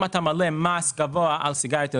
אתם לא תראו כמעט ילדים בני 12 מעשנים סיגריה רגילה,